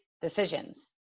decisions